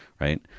right